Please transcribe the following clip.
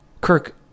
Kirk